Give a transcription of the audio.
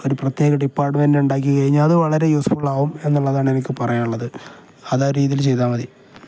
ഒരു പ്രത്യേക ഡിപ്പാർട്ട്മെൻ്റ് ഉണ്ടാക്കി കഴിഞ്ഞാൽ അത് വളരെ യൂസ്ഫുൾ ആവും എന്നുള്ളതാണ് എനിക്ക് പറയാനുള്ളത് അതാണ് രീതിയിൽ ചെയ്താൽ മതി